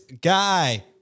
guy